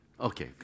Okay